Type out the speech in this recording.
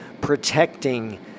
protecting